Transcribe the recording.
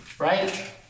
Right